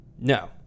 No